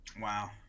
Wow